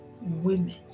women